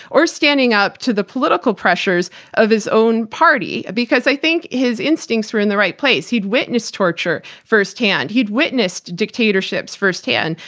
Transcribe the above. or standing up to the political pressures of his own party, because i think his instincts were in the right place. he'd witnessed torture firsthand, he'd witnessed dictatorships firsthand.